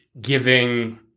giving